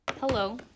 Hello